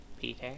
Peter